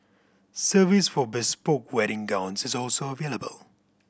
service for bespoke wedding gowns is also available